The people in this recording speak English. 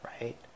right